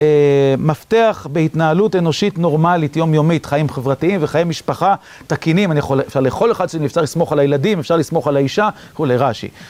מפתח בהתנהלות אנושית נורמלית יום-יומית, חיים חברתיים וחיי משפחה תקינים. לכל אחד שאפשר לסמוך על הילדים, אפשר לסמוך על האישה, הוא לראשי.